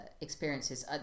experiences